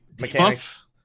mechanics